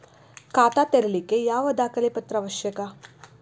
ಖಾತಾ ತೆರಿಲಿಕ್ಕೆ ಯಾವ ದಾಖಲೆ ಪತ್ರ ಅವಶ್ಯಕ?